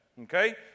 Okay